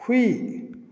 ꯍꯨꯏ